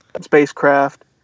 spacecraft